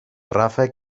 ràfec